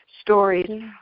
stories